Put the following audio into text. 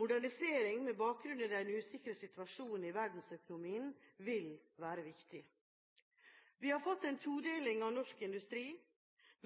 modernisering med bakgrunn i den usikre situasjonen i verdensøkonomien, vil være viktig. Vi har fått en todeling av norsk industri.